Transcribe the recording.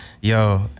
Yo